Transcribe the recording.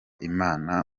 imana